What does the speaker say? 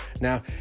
now